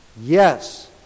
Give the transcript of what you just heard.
Yes